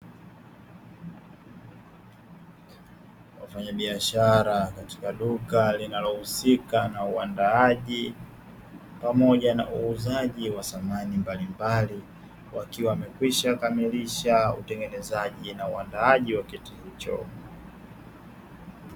Wafanyabiashara katika duka linalohusika na uandaaji pamoja na uuzaji wa samani mbalimbali, wakiwa wamekwisha kamilisha utengenezaji na uandaaji wa kiti hicho.